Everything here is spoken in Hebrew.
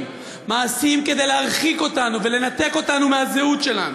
מעשים כדי להרחיק אותנו ולנתק אותנו מהזהות שלנו,